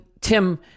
Tim